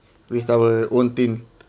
with our own thing